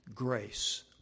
grace